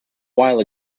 while